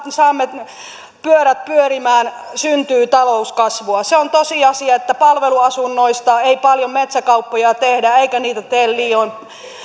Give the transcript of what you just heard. saamme pyörät pyörimään syntyy talouskasvua se on tosiasia että palveluasunnoista ei paljon metsäkauppoja tehdä eivätkä niitä tee liioin